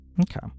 Okay